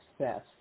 success